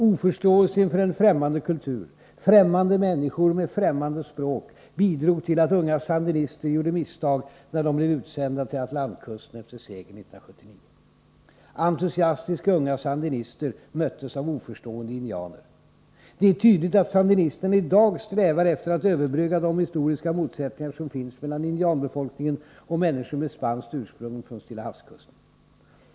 Oförståelse inför en främmande kultur, främmande människor med ett främmande språk bidrog till att unga sandinister gjorde misstag när de blev utsända till atlantkusten efter segern 1979. Entusiastiska unga sandinister möttes av oförstående indianer. Det är tydligt att sandinisterna idag strävar efter att överbrygga de historiska motsättningar som finns mellan indianbefolkningen-människor med spanskt ursprung från Stilla havskusten.